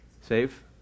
Save